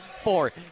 four